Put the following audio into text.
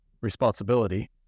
responsibility